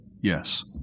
yes